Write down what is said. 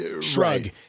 shrug